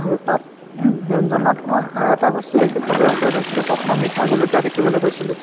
আৰু তাত ব্যঞ্জনত মই আৰু এটা বস্তু দেখি খুবেই আচৰিত হৈছিলোঁ তাত মই মিঠা জলকীয়া দেখিবলৈ পাইছিলোঁ